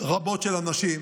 רבות של אנשים,